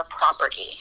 property